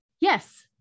Yes